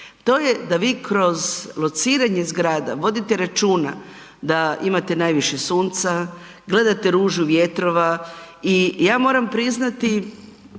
To je da vi kroz lociranje zgrada vodite računa da imate najviše sunca, gledate ružu vjetrova. I ja moram priznati,